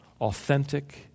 authentic